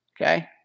Okay